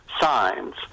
signs